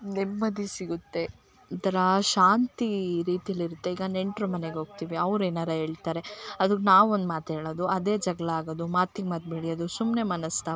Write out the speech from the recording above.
ನೆಮ್ಮದಿ ಸಿಗುತ್ತೆ ಒಂಥರಾ ಶಾಂತೀ ರೀತಿಲಿ ಇರುತ್ತೆ ಈಗ ನೆಂಟರು ಮನೆಗೆ ಹೋಗ್ತೀವಿ ಅವ್ರೇನಾರ ಹೇಳ್ತಾರೆ ಅದಕ್ಕೆ ನಾವೊಂದು ಮಾತು ಹೇಳೋದು ಅದೇ ಜಗಳ ಆಗೋದು ಮಾತಿಗೆ ಮಾತು ಬೆಳೆಯೋದು ಸುಮ್ನೆ ಮನಸ್ತಾಪ